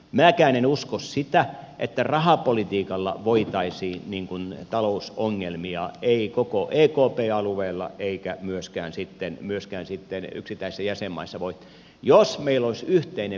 minäkään en usko sitä että rahapolitiikalla voitaisiin talousongelmia ratkaista ei koko ekpn alueella eikä myöskään sitten yksittäistä jäsenmaissa voi jos meillä yksittäisessä jäsenmaassa